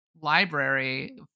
library